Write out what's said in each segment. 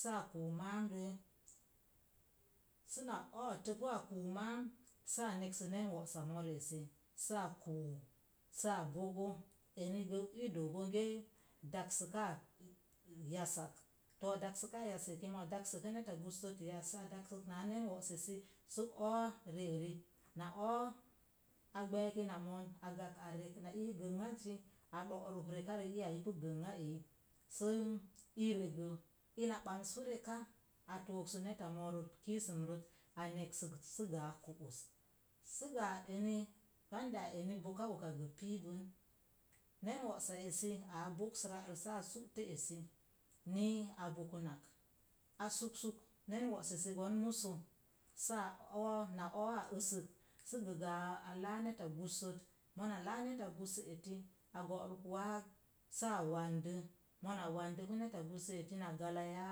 Sə a kuu máám roo səna o̱o̱topu a kuu máá sə a neks nen wo'sa mo̱o̱ro ese sə a kuu sə a bogo eni gə i do bonge daksəkaa yasak, to daksa yas mona mona daksapu neta gussot yas sə adaksək naa nen wo'ossi sə o̱o̱ ri-eri na o̱o̱ a gbəək ina moon a gak a rek. na ii gənŋazi a ɗo ruk rekarə iya ipu gənŋa eyirə sə i rəgə. Ina bams pu reka a tooaasuk neta moorot kissim ret a neksək sə gə a ku'us səgə a eni boka uka pii gəbən. non wolsa esi a boks ra'rə sə a su'to esi nii a bokan subsuk nen wo'sisi gwan muzu, sə a o̱o̱ na o̱o̱ a əsek sə gəəgə a láá neta gussot mona laa neta gussot a go'ruk waag sə a wandə mona wandə, mona wandə neta gusso eti na galaya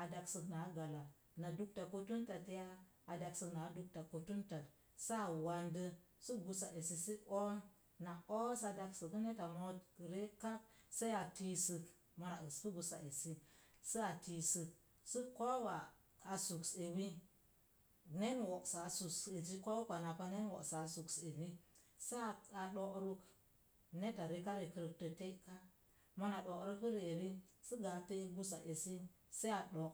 a daksək naa gala, na dukta ko tuntat ya daksək naa dukta kotuntant sə a wandə sə gusa esi sə o̱o̱ na o̱o̱ daksapu neta mo̱o̱t re kap sai a tiisək mona espu gusa esi sə a tiisək, sə koowa a suks ewi nen wo'sa a suks esi na ko̱o̱wi baana pa nen wo'sa a suks esi sə a do’ ruk neta reka rekrəttə te'ka mona do'ro pu rien sə gə a pe'ek gusa esi sə a do.